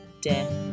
death